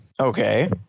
Okay